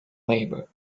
labor